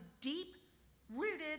deep-rooted